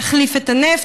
להחליף את הנפט,